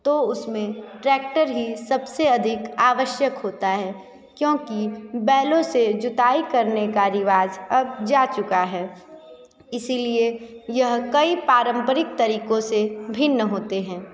तो उसमें ट्रैक्टर ही सबसे अधिक आवश्यक होता है क्योंकि बैलों से जुताई करने का रिवाज अब जा चुका है इसीलिए यह कई पारम्परिक तरीकों से भिन्न होते हैं